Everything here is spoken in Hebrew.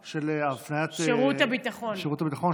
של שירות הביטחון,